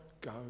go